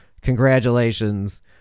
congratulations